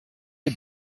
les